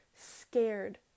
scared